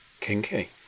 Kinky